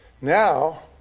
Now